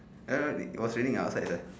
earlier it was raining outside right